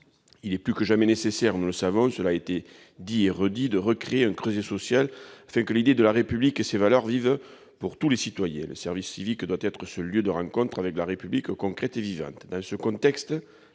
Il est plus que jamais nécessaire, nous le savons, de recréer un creuset social, afin que l'idée de la République et ses valeurs vivent pour tous les citoyens. Le service civique doit être ce lieu de rencontre avec la République concrète et vivante.